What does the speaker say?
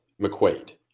McQuaid